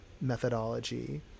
methodology